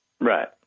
Right